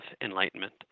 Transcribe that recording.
Enlightenment